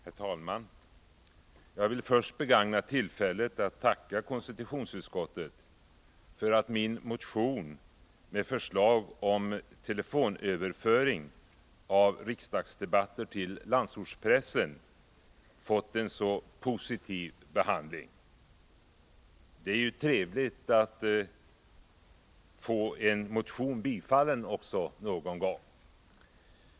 Herr talman! Jag vill först begagna tillfället att tacka konstitutionsutskottet för att min motion med förslag om telefonöverföring av riksdagsdebatter till landsortspressen har fått en så positiv behandling. Det är trevligt att någon gång få en motion tillstyrkt.